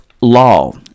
law